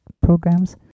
programs